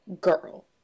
Girl